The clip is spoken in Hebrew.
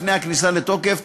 לפני הכניסה לתוקף,